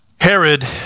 Herod